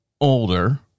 older